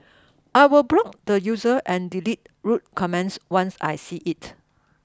I will block the user and delete rude comments once I see it